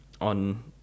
on